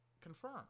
Confirm